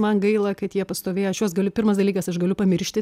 man gaila kad jie pastovėjo aš juos gali pirmas dalykas aš galiu pamiršti